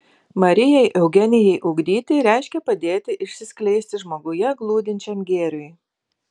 marijai eugenijai ugdyti reiškia padėti išsiskleisti žmoguje glūdinčiam gėriui